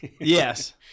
Yes